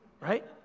right